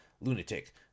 lunatic